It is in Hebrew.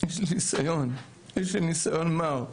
יש לי ניסיון, יש לי ניסיון מר.